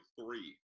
three